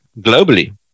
globally